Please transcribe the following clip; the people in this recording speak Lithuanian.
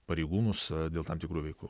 pareigūnus dėl tam tikrų veikų